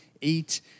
eat